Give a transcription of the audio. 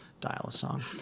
dial-a-song